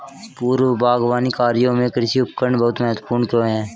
पूर्व बागवानी कार्यों में कृषि उपकरण बहुत महत्वपूर्ण क्यों है?